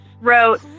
wrote